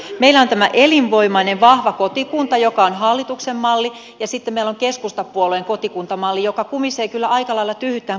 meillä on tämä elinvoimainen vahva kotikunta joka on hallituksen malli ja sitten meillä on keskustapuolueen kotikuntamalli joka kumisee kyllä aika lailla tyhjyyttään